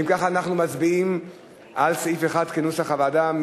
אם ככה אנחנו מצביעים על סעיף 1 כנוסח הוועדה.